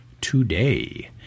today